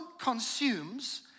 consumes